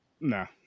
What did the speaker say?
Nah